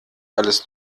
alles